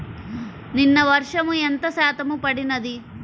నిన్న వర్షము ఎంత శాతము పడినది?